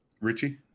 richie